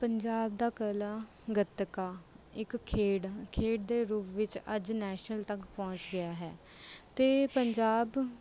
ਪੰਜਾਬ ਦੀ ਕਲਾ ਗੱਤਕਾ ਇੱਕ ਖੇਡ ਖੇਡ ਦੇ ਰੂਪ ਵਿੱਚ ਅੱਜ ਨੈਸ਼ਨਲ ਤੱਕ ਪਹੁੰਚ ਗਈ ਹੈ ਅਤੇ ਪੰਜਾਬ